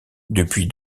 depuis